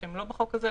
שהן לא בחוק הזה,